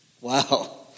Wow